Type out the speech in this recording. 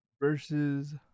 versus